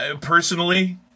Personally